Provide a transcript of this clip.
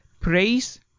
praise